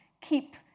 keep